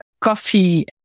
coffee